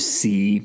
see